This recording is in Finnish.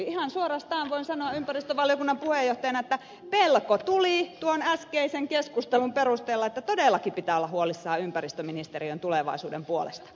ihan suorastaan voin sanoa ympäristövaliokunnan puheenjohtajana että pelko tuli tuon äskeisen keskustelun perusteella että todellakin pitää olla huolissaan ympäristöministeriön tulevaisuuden puolesta